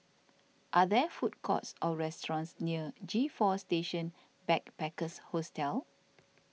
are there food courts or restaurants near G four Station Backpackers Hostel